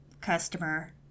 customer